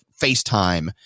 FaceTime